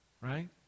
right